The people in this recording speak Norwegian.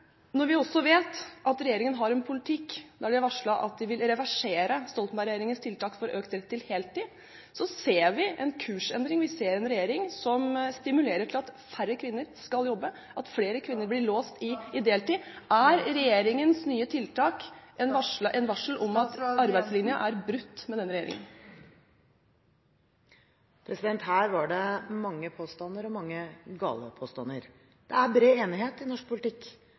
Når vi også vet at regjeringen har en politikk der de har varslet at de vil reversere Stoltenberg-regjeringens tiltak for økt rett til heltid, ser vi en kursendring. Vi ser en regjering som stimulerer til at færre kvinner skal jobbe, og at flere kvinner blir låst inn i deltid. Er regjeringens nye tiltak et varsel om at arbeidslinja er brutt med denne regjeringen? Her var det mange påstander og mange gale påstander. Det er bred enighet i norsk politikk